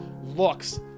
Looks